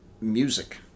music